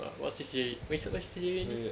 uh what C_C_A which C_C_A were you in